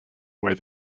where